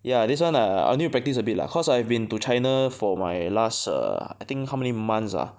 ya this one like uh I'll need to practice a bit lah cause I've been to china for my last err I think how many months ah